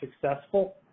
successful